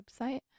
website